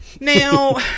Now